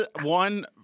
one